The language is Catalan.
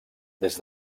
des